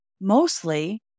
Mostly